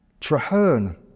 Traherne